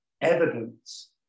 evidence